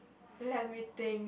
let me think